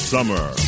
Summer